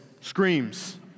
Screams